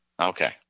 Okay